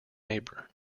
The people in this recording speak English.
neighbour